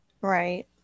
right